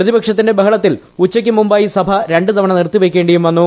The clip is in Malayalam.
പ്രതിപക്ഷത്തിന്റെ ബഹളത്തിൽ ഉച്ചയ്ക്ക് മുമ്പായി സഭ രണ്ട് തവണ നിർത്തി വയ്ക്കേണ്ടിയും വന്നു